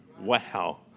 Wow